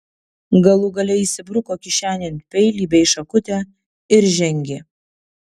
galų gale įsibruko kišenėn peilį bei šakutę ir žengė